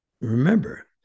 Remember